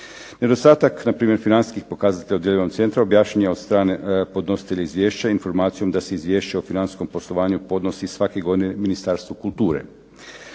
Nedostatak na primjer financijskih pokazatelja od centra objašnjen je od strane podnositelja izvješća informacijom da se izvješće o financijskom poslovanju podnosi svake godine Ministarstvu kulture.